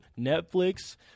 Netflix